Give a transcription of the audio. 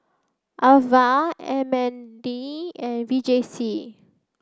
Ava M N D and V J C